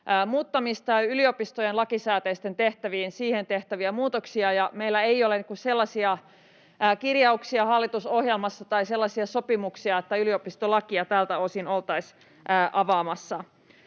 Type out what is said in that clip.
muuttamista ja yliopistojen lakisääteisiin tehtäviin tehtäviä muutoksia. Meillä ei ole sellaisia kirjauksia hallitusohjelmassa tai sellaisia sopimuksia, että yliopistolakia tältä osin oltaisiin avaamassa.